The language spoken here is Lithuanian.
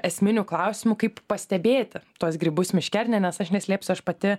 esminių klausimų kaip pastebėti tuos grybus miške ar ne nes aš neslėpsiu aš pati